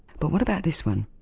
but what about this one?